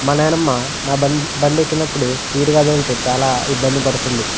మా నానమ్మ నా బండి బండి ఎక్కినప్పుడు స్పీడ్గా తోలితే చాలా ఇబ్బంది పడుతుంది